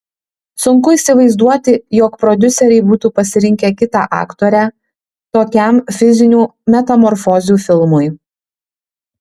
sunku įsivaizduoti jog prodiuseriai būtų pasirinkę kitą aktorę tokiam fizinių metamorfozių filmui